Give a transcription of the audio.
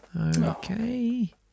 Okay